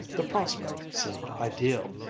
the prospect seemed ideal.